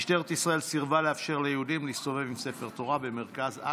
משטרת ישראל סירבה לאפשר ליהודים להסתובב עם ספר תורה במרכז עכו,